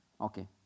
Okay